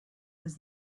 was